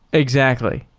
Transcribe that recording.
exactly.